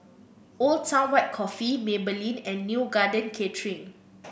Old Town White Coffee Maybelline and Neo Garden Catering